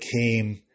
came